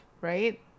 right